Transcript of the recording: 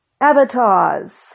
avatars